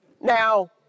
Now